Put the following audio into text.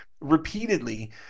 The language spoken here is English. repeatedly